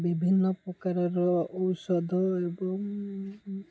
ବିଭିନ୍ନ ପ୍ରକାରର ଔଷଧ ଏବଂ